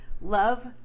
Love